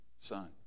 Son